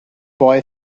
boy